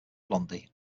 blondie